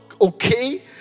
okay